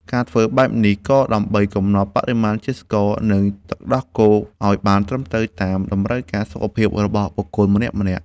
ការធ្វើបែបនេះ ក៏ដើម្បីកំណត់បរិមាណជាតិស្ករ និងទឹកដោះគោឱ្យបានត្រឹមត្រូវតាមតម្រូវការសុខភាពរបស់បុគ្គលម្នាក់ៗ។